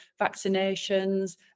vaccinations